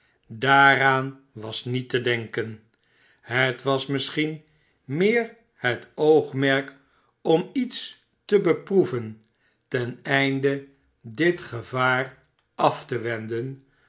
daaraan was niet te denken het was misschien meer met het oogmerk om iets te beproeven ten einde dit gevaar dennis bepraat juffrouw miggs af te wenden